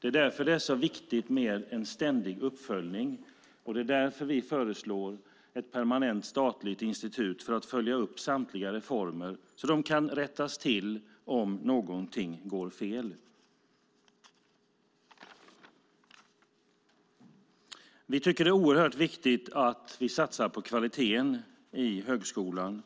Det är därför det är så viktigt med en ständig uppföljning, och det är därför vi föreslår ett permanent statligt institut för att följa upp samtliga reformer så att de kan rättas till om något går fel. Vi tycker att det är oerhört viktigt att satsa på kvaliteten i högskolan.